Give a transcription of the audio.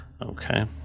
Okay